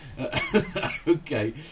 Okay